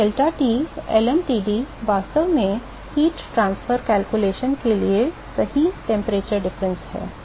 तो deltaT lmtd वास्तव में ऊष्मा हस्तांतरण गणना के लिए सही तापमान अंतर है